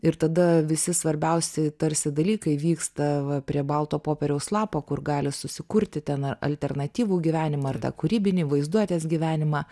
ir tada visi svarbiausi tarsi dalykai vyksta va prie balto popieriaus lapo kur gali susikurti ten alternatyvų gyvenimą ir tą kūrybinį vaizduotės gyvenimą